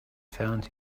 found